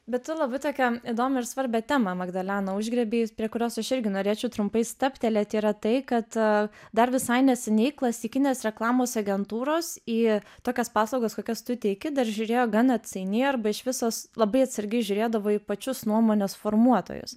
bet tu labai tokią įdomią ir svarbią temą magdalena užgriebei prie kurios aš irgi norėčiau trumpai stabtelėti yra tai kad dar visai neseniai klasikinės reklamos agentūros į tokias paslaugas kokias tu teiki dar žiūrėjo gan atsainiai arba iš visos labai atsargiai žiūrėdavo į pačius nuomonės formuotojus